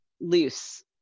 loose